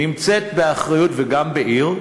גם בעיר,